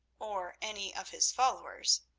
or any of his followers,